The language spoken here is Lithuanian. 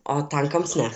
o tankams ne